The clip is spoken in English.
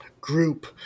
group